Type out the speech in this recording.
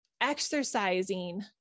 exercising